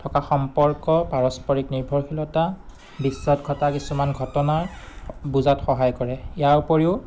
থকা সম্পৰ্ক পাৰস্পৰিক নিৰ্ভৰশীলতা বিশ্বত ঘটা কিছুমান ঘটনাৰ বুজাত সহায় কৰে ইয়াৰ উপৰিও